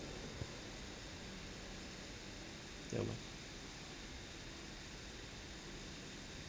ya lor